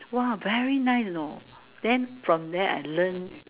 !wah! very nice you know then from there I learn